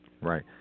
Right